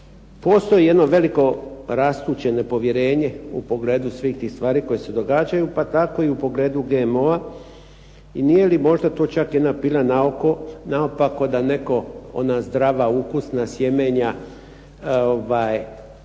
postoji jedno veliko rastuće nepovjerenje u pogledu svih tih stvari koje se događaju, pa tako i u pogledu GMO-a. I nije li možda to čak jedna …/Govornik se ne razumije./… naopako da netko, ona zdrava, ukusna sjemenja koja